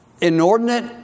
inordinate